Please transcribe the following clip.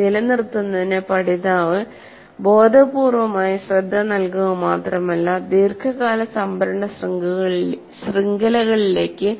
നിലനിർത്തുന്നതിന് പഠിതാവ് ബോധപൂർവമായ ശ്രദ്ധ നൽകുക മാത്രമല്ല ദീർഘകാല സംഭരണ ശൃംഖലകളിലേക്ക്